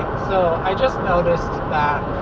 so i just noticed that